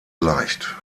leicht